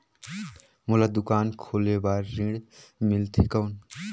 मोला दुकान खोले बार ऋण मिलथे कौन?